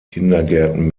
kindergärten